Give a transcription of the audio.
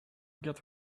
get